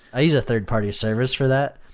a use a third party service for that,